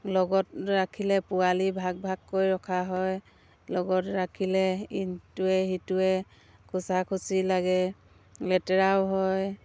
লগত ৰাখিলে পোৱালি ভাগ ভাগকৈ ৰখা হয় লগত ৰাখিলে ইটোৱে সিটোৱে খুচা খুচি লাগে লেতেৰাও হয়